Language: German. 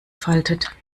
faltet